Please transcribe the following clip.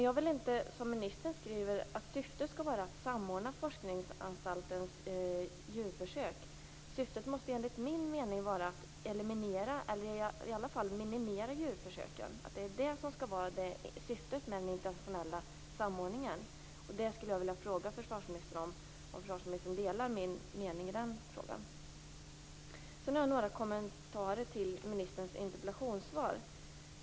Jag vill dock inte, som ministern säger, att syftet skall vara att samordna Forskningsanstaltens djurförsök. Syftet måste enligt min mening vara att eliminera, eller i varje fall minimera, djurförsöken. Det skall alltså vara syftet med den internationella samordningen. Delar försvarsministern min uppfattning i det avseendet? Sedan har jag några kommentarer till ministerns interpellationssvar.